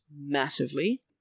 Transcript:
massively